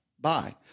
Bye